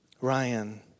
Ryan